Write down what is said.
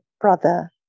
brother